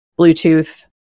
Bluetooth